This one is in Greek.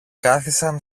κάθισαν